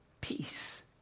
peace